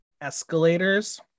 escalators